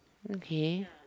okay